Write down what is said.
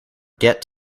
get